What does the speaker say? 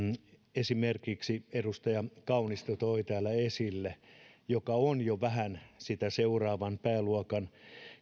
esimerkiksi edustaja kaunisto toi täällä esille mikä on jo vähän sitä seuraavan pääluokan